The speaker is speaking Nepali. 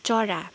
चरा